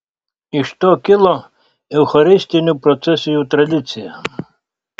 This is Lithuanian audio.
iš to kilo eucharistinių procesijų tradicija